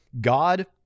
God